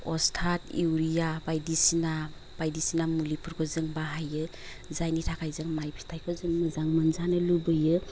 अस्थात urea बायदिसिना बायदिसिना मुलिफोरखौ जों बाहायो जायनि थाखाय जों माय फिथाइखौ जों मोजां मोनजानो लुबैयो